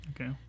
Okay